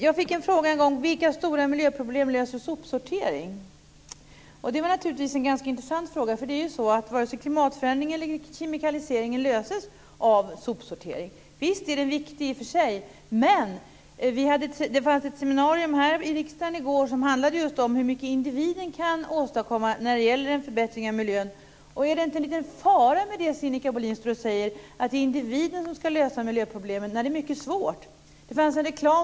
Jag fick en gång frågan vilka stora miljöproblem sopsorteringen löser och det är naturligtvis en ganska intressant fråga. Varken klimatförändringen eller kemikaliseringen löses ju genom sopsortering, som dock i sig visst är viktig. I riksdagen i går var det ett seminarium som handlade just om hur mycket individen kan åstadkomma när det gäller att få en förbättring av miljön. Är det inte en liten fara i det som Sinikka Bohlin säger, nämligen att det är individen som ska lösa miljöproblemen? Det här är mycket svårt.